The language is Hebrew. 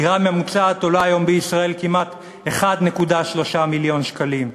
דירה ממוצעת עולה היום בישראל כמעט 1.3 מיליון שקלים.